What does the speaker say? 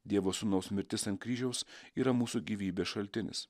dievo sūnaus mirtis ant kryžiaus yra mūsų gyvybės šaltinis